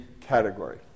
category